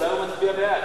אולי הוא מצביע בעד.